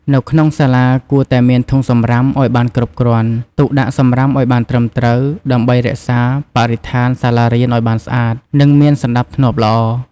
នៅក្នុងសាលាគួរតែមានធុងសំរាមឲ្យបានគ្រប់គ្រាន់ ទុកដាក់សំរាមឲ្យបានត្រឹមត្រូវ ដើម្បីរក្សាបរិស្ថានសាលារៀនឲ្យបានស្អាត និងមានសណ្តាប់ធ្នាប់ល្អ។